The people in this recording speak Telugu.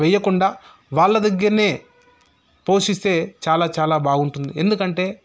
వేయకుండా వాళ్ల దగ్గరనే పోషిస్తే చాలా చాలా బాగుంటుంది ఎందుకంటే